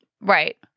Right